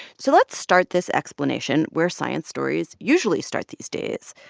so let's start this explanation where science stories usually start these days,